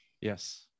yes